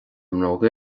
mbróga